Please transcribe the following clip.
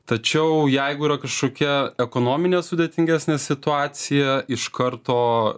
tačiau jeigu yra kažkokia ekonominė sudėtingesnė situacija iš karto